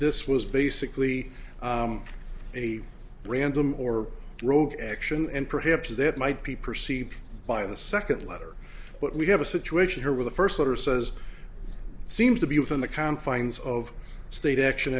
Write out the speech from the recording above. this was basically a random or rogue action and perhaps that might be perceived by the second letter but we have a situation here with the first letter says seems to be within the confines of state action